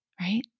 Right